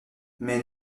mais